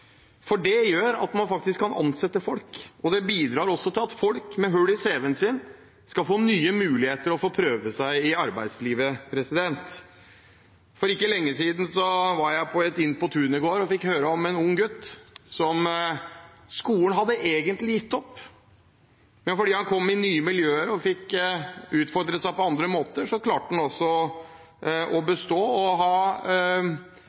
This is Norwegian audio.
for det gjør at man faktisk kan ansette folk, og det bidrar til at folk med hull i cv-en sin får nye muligheter og får prøve seg i arbeidslivet. For ikke lenge siden var jeg på en «Inn på tunet»-gård og fikk høre om en ung gutt som skolen egentlig hadde gitt opp, men fordi han kom inn i nye miljøer og fikk utfordret seg på andre måter, klarte han å